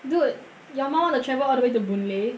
dude your mom want to travel all the way to boon lay